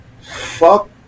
Fuck